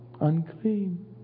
unclean